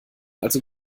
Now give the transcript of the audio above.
also